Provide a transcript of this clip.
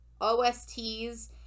OSTs